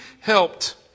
helped